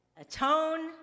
atone